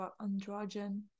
androgen